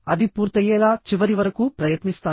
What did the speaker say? అది పూర్తయ్యేలా చివరి వరకు ప్రయత్నిస్తాను